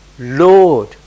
Lord